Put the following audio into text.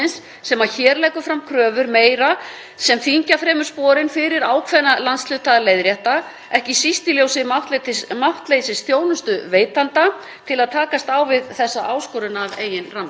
til að takast á við þessa áskorun af eigin rammleik.